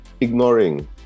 ignoring